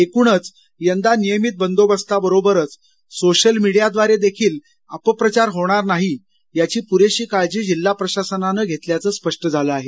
एकूणचं यंदा नियमित बंदोबस्ताबरोबरचं सोशल मिडीयाद्वारे देखील अपप्रचार होणार नाही याची प्रेशी काळजी जिल्हा प्रशासनान घेतल्याच स्पष्ट झाला आहे